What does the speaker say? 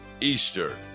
Easter